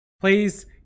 please